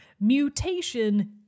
Mutation